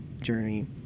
journey